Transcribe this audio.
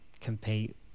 compete